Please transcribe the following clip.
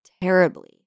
terribly